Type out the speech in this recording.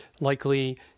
likely